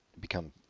become